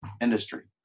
industry